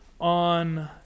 on